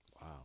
Wow